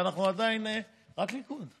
ואנחנו עדיין רק הליכוד.